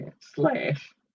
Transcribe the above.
slash